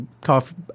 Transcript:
coffee